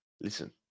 Listen